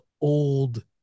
old